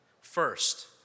First